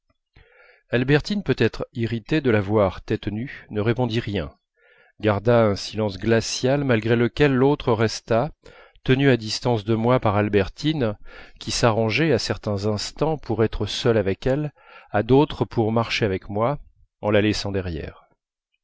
albertine peut-être irritée de la voir tête nue ne répondit rien garda un silence glacial malgré lequel l'autre resta tenue à distance de moi par albertine qui s'arrangeait à certains instants pour être seule avec elle à d'autres pour marcher avec moi en la laissant derrière